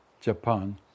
Japan